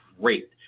great